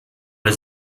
les